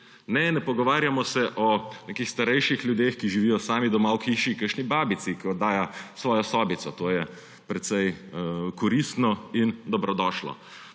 Ne, ne pogovarjamo se o nekih starejših ljudeh, ki živijo sami doma v hiši, kakšni babici, ki oddaja svojo sobico. To je precej koristno in dobrodošlo.